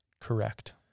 Correct